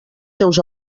seus